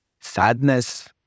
sadness